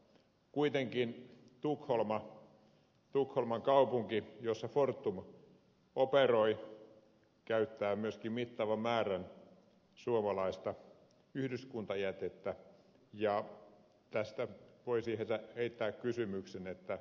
kuitenkin tukholman kaupunki jossa fortum operoi käyttää myöskin mittavan määrän suomalaista yhdyskuntajätettä ja tästä voisi heittää kysymyksen että miksi näin